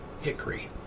hickory